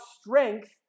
strength